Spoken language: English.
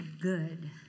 good